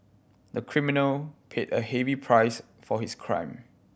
the criminal paid a heavy price for his crime